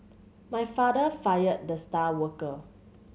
my father fired the star worker